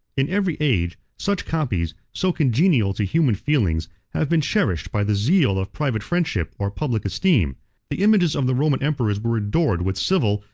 in every age, such copies, so congenial to human feelings, have been cherished by the zeal of private friendship, or public esteem the images of the roman emperors were adored with civil,